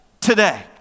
today